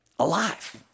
Alive